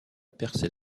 percer